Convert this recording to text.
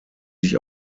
sich